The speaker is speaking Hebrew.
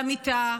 למיטה,